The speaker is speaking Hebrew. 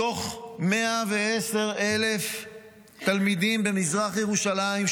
מתוך 110,000 תלמידים במזרח ירושלים,